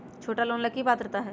छोटा लोन ला की पात्रता है?